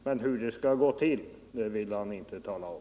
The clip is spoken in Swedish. Men hur det skall gå till, det vill han inte tala om.